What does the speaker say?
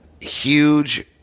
Huge